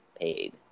paid